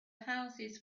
houses